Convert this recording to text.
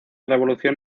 revolución